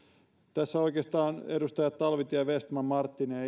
tässä oikeastaan edustajat talvitie vestman marttinen ja